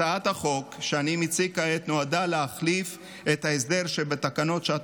הצעת החוק שאני מציג כעת נועדה להחליף את ההסדר שבתקנות שעת